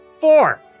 Four